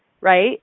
right